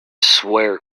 swear